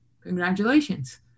Congratulations